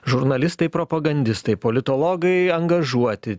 žurnalistai propagandistai politologai angažuoti